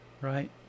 Right